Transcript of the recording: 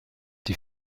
die